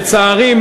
לצערי,